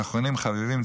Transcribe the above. ואחרונים חביבים,